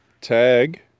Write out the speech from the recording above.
Tag